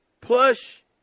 plush